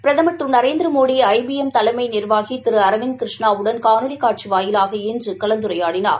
பிரதமர் திரு Narendra Modi I P M தலைமை நிர்வாகி திரு அரவிந்த் கிருஷ்ணாவுடன் காணொலி காட்சி வாயிலாக இன்று கலந்துரையாடினார்